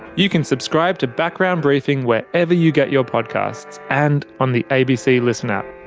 you can subscribe to background briefing wherever you get your podcasts, and on the abc listen app.